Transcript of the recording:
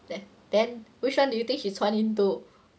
then then which one do you think she 穿 into